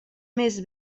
més